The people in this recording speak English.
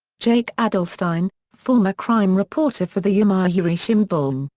jake adelstein, former crime reporter for the yomiuri shimbun,